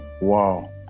Wow